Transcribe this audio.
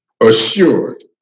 assured